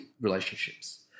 relationships